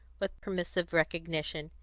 with permissive recognition,